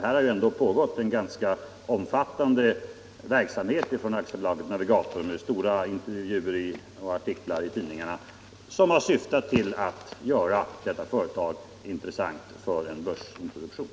Här har ändå Navigator AB jobbat hårt — intervjuer och andra stora artiklar i tidningarna har varit många — med syfte att göra företaget intressant för börsen.